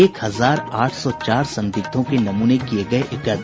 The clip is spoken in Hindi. एक हजार आठ सौ चार संदिग्धों के नमूने किये गये एकत्र